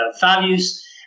values